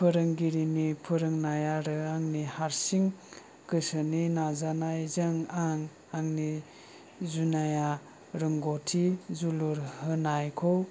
फोरोंगिरिनि फोरोंनाय आरो आंनि हारसिं गोसोनि नाजानायजों आं आंनि जुनिया रोंगौथि जोलुर होनायखौ